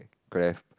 grave